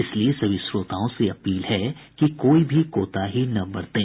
इसलिए सभी श्रोताओं से अपील है कि कोई भी कोताही न बरतें